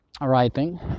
writing